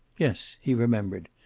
yes, he remembered.